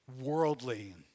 worldly